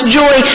joy